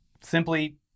simply